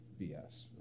BS